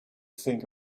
think